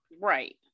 Right